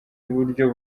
buryo